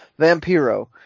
Vampiro